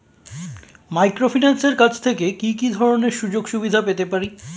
মাইক্রোফিন্যান্সের কাছ থেকে কি কি ধরনের সুযোগসুবিধা পেতে পারি?